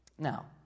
Now